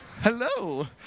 hello